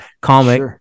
comic